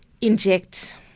inject